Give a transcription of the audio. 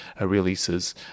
releases